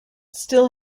still